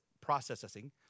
processing